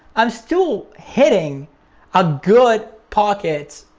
i'm still hitting a good pockets,